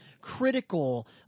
critical